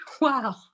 wow